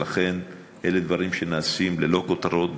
ולכן אלה דברים שנעשים ללא כותרות,